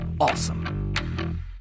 awesome